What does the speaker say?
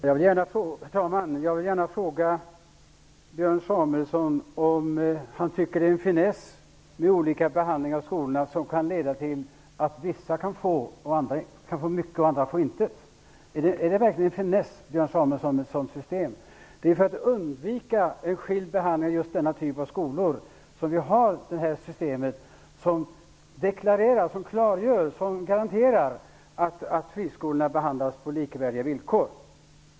Herr talman! Jag vill gärna fråga Björn Samuelson om han tycker det är en finess med olika behandling av skolorna som kan leda till att vissa kan få mycket och andra få intet? Är det verkligen en finess med ett sådant system, Björn Samuelson? Det är för att undvika en annorlunda behandling av just denna typ av skolor som vi har systemet som klargör och garanterar att friskolorna behandlas på likvärdiga villkor.